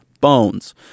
bones